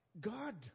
God